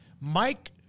Mike